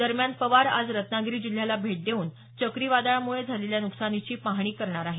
दरम्यान पवार आज रत्नागिरी जिल्ह्याला भेट देऊन चक्रीवादळामुळे झालेल्या नकसानीची पाहणी करणार आहेत